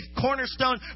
cornerstone